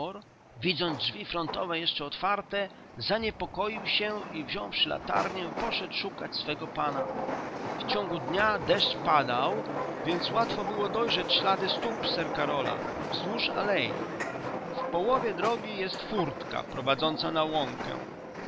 widząc drzwi frontowe jeszcze otwarte zaniepokoił się i wziąwszy latarnię poszedł szukać swego pana w ciągu dnia deszcz padał więc łatwo było dojrzeć ślady stóp sir karola wzdłuż alei w połowie drogi jest furtka prowadząca na łąkę